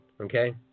okay